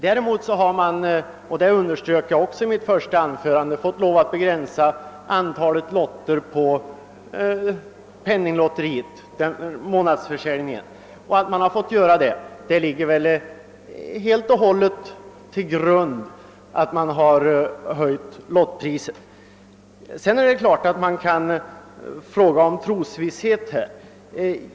Däremot har man — och det underströk jag i mitt första anförande — varit tvungen att begränsa antalet lotter vid penninglotteriets månadsförsäljning, och att man har måst göra det beror väl helt och hållet på att man har höjt lottpriset. Sedan är det klart att detta är en fråga om trosvisshet.